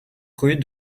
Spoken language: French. rue